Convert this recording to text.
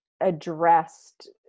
addressed